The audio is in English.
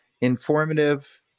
informative